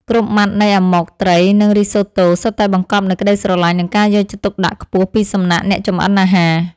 គ្រប់ម៉ាត់នៃអាម៉ុកត្រីនិងរីសូតូសុទ្ធតែបង្កប់នូវក្តីស្រឡាញ់និងការយកចិត្តទុកដាក់ខ្ពស់ពីសំណាក់អ្នកចម្អិនអាហារ។